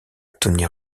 tony